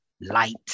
light